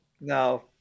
No